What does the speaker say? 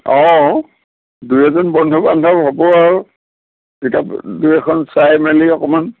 অঁ দুই এজন বন্ধু বান্ধৱ হ'ব আৰু কিতাপ দুই এখন চাই মেলি অকণমান